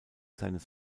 seines